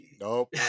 Nope